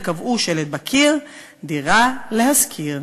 וקבעו שלט בקיר: דירה להשכיר.